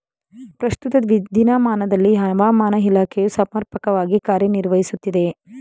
ಪ್ರಸ್ತುತ ದಿನಮಾನದಲ್ಲಿ ಹವಾಮಾನ ಇಲಾಖೆಯು ಸಮರ್ಪಕವಾಗಿ ಕಾರ್ಯ ನಿರ್ವಹಿಸುತ್ತಿದೆಯೇ?